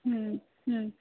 হুম হুম